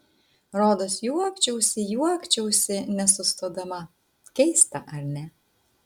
rodos juokčiausi juokčiausi nesustodama keista ar ne